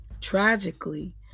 Tragically